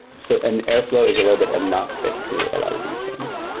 so and airflow is a little bit agnostic to a lot of these things.